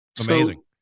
amazing